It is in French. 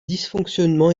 dysfonctionnements